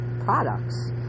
products